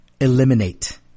eliminate